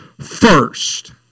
first